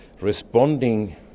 responding